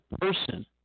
person